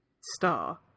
star